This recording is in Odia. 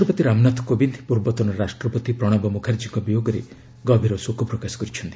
ରାଷ୍ଟ୍ରପତି ରାମନାଥ କୋବିନ୍ଦ ପୂର୍ବତନ ରାଷ୍ଟ୍ରପତି ପ୍ରଣବ ମୁଖାର୍ଜୀଙ୍କ ବିୟୋଗରେ ଗଭୀର ଶୋକ ପ୍ରକାଶ କରିଛନ୍ତି